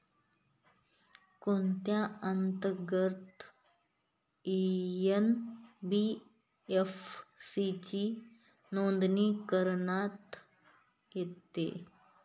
कोणत्या अंतर्गत एन.बी.एफ.सी ची नोंदणी करण्यात येते?